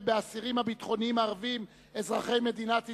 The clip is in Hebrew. באסירים הביטחוניים הערבים אזרחי מדינת ישראל.